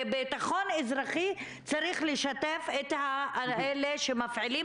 בביטחון אזרחי צריך לשתף את אלה שמפעילים